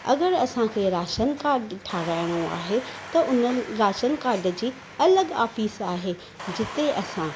अगरि असांखे ration card ठाराइणो आहे त उन्हनि राशन कार्ड जी अलॻि ऑफ़िस आहे जिते असां